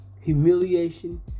Humiliation